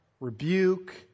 rebuke